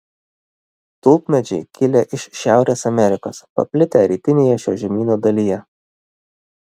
tulpmedžiai kilę iš šiaurės amerikos paplitę rytinėje šio žemyno dalyje